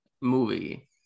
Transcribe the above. movie